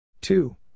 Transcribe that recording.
Two